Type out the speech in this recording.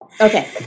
Okay